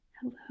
Hello